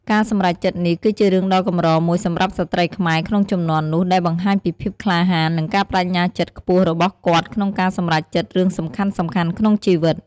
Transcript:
ការសម្រេចចិត្តនេះគឺជារឿងដ៏កម្រមួយសម្រាប់ស្ត្រីខ្មែរក្នុងជំនាន់នោះ ដែលបង្ហាញពីភាពក្លាហាន និងការប្ដេជ្ញាចិត្តខ្ពស់របស់គាត់ក្នុងការសម្រេចចិត្តរឿងសំខាន់ៗក្នុងជីវិត។